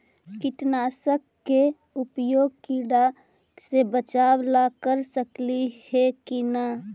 कीटनाशक के उपयोग किड़ा से बचाव ल कर सकली हे की न?